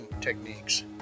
techniques